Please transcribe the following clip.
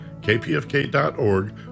kpfk.org